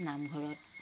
নামঘৰত